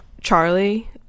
charlie